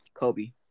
Kobe